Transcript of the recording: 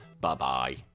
Bye-bye